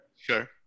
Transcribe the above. Sure